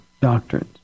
doctrines